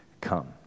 come